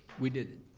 we did,